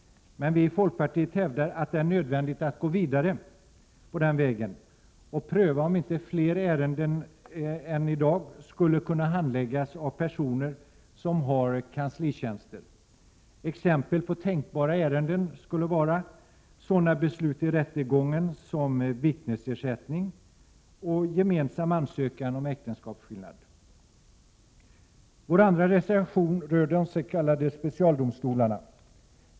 Vii folkpartiet hävdar att det är nödvändigt att gå vidare på den vägen och pröva om inte fler ärenden än i dag skulle kunna handläggas av personer som har kanslitjänster. Exempel på tänkbara ärenden är sådana beslut i rättegången som avgörande av vittnesersättning och handläggning av gemensam ansökan om äktenskapsskillnad. Vår andra reservation rör de s.k. specialdomstolarna.